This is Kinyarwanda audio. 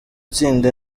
tsinda